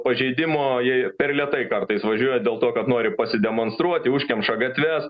pažeidimo jei per lėtai kartais važiuoja dėl to kad nori pasidemonstruoti užkemša gatves